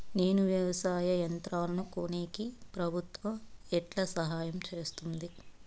నేను వ్యవసాయం యంత్రాలను కొనేకి ప్రభుత్వ ఎట్లా సహాయం చేస్తుంది?